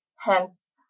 hence